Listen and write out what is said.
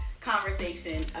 conversation